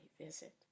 visit